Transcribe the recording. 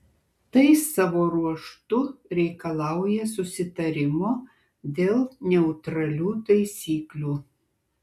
tai savo ruožtu reikalauja susitarimo dėl neutralių taisyklių